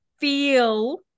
feel